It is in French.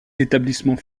établissements